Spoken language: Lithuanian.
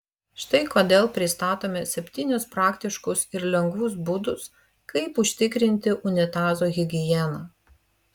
štai kodėl pristatome septynis praktiškus ir lengvus būdus kaip užtikrinti unitazo higieną